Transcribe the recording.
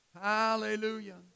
Hallelujah